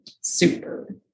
super